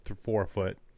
four-foot